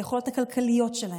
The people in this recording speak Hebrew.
ביכולות הכלכליות שלהם,